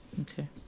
Okay